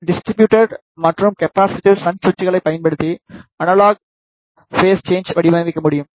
distributed மற்றும் capacitive shunt சுவிட்சுகளைப் பயன்படுத்தி அனலாக் பேஸ் சேன்ஜை வடிவமைக்க முடியும்